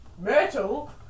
Myrtle